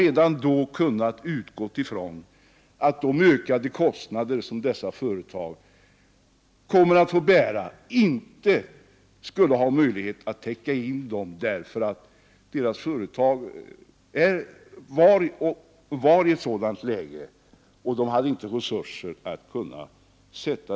Man har nämligen redan då kunnat utgå ifrån att det inte blir möjligt för dessa företag att bära de ökade kostnaderna.